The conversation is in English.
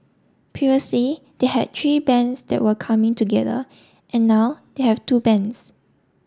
previously they had three bands that were coming together and now they have two bands